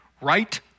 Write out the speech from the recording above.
right